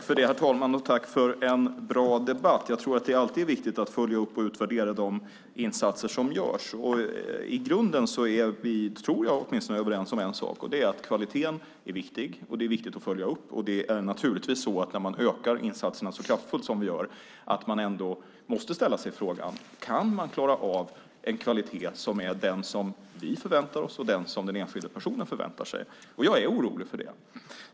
Herr talman! Tack för en bra debatt, Luciano Astudillo! Jag tror att det alltid är viktigt att följa upp och utvärdera de insatser som görs. I grunden är vi, tror jag åtminstone, överens om en sak, och det är att kvaliteten är viktig. Det är viktigt att följa upp, och när man ökar insatserna så kraftfullt som vi gör måste man ställa sig frågan: Kan man klara av en kvalitet som är på den nivå som vi förväntar oss och som den enskilde personen förväntar sig? Jag är orolig för det.